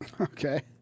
Okay